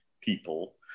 people